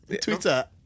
Twitter